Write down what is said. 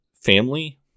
family